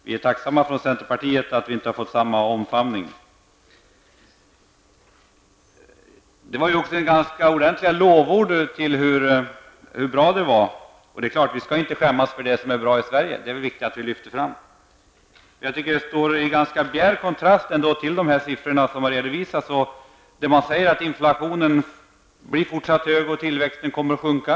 Vi från centerpartiet är tacksamma för att vi inte har fått samma omfamning. Det har även uttalats ordentliga lovord över hur bra saker är. Vi skall inte skämmas för det som är bra i Sverige. Det är viktigt att vi lyfter fram sådant. Men det står i bjärt kontrast till de siffror som har redovisats där det framgår att inflationen blir fortsatt hög och tillväxten kommer att sjunka.